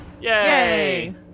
Yay